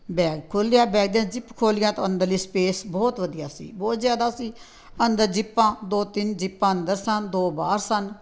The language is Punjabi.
ਬੈਗ ਖੋਲ੍ਹਿਆ ਬੈਗ ਦੀਆਂ ਜ਼ਿਪ ਖੋਲ੍ਹੀਆਂ ਤਾਂ ਅੰਦਰਲੀ ਸਪੇਸ ਬਹੁਤ ਵਧੀਆ ਸੀ ਬਹੁਤ ਜ਼ਿਆਦਾ ਸੀ ਅੰਦਰ ਜ਼ਿਪਾਂ ਦੋ ਤਿੰਨ ਜਿਪਾਂ ਅੰਦਰ ਸਨ ਦੋ ਬਾਹਰ ਸਨ